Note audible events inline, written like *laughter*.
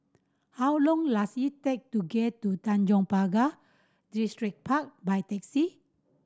how long *unintelligible* it take to get to Tanjong Pagar Distripark by taxi